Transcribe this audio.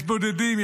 יש בודדים,